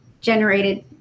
generated